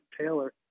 Taylor